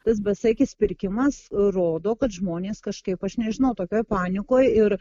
tas besaikis pirkimas rodo kad žmonės kažkaip aš nežinau tokioj panikoj ir